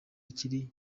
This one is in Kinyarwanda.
kiri